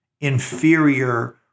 inferior